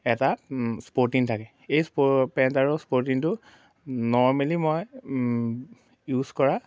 এটা স্পৰ্টিন থাকে এই স্প পেণ্ট আৰু স্পৰ্টিনটো নৰ্মেলি মই ইউজ কৰা